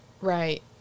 right